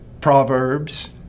proverbs